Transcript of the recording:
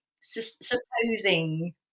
supposing